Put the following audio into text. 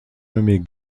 nommés